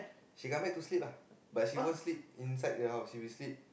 she come back to sleep lah but she won't sleep inside the house she will sleep